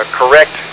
correct